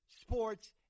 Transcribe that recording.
sports